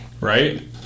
right